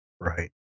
right